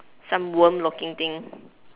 some worm looking thing